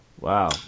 wow